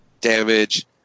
Damage